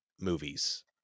movies